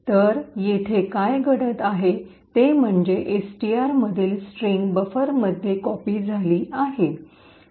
तर येथे काय घडत आहे ते म्हणजे एसटीआर मधील स्ट्रिंग बफरमध्ये कॉपी झाली आहे